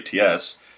ATS